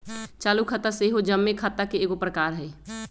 चालू खता सेहो जमें खता के एगो प्रकार हइ